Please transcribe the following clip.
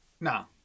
No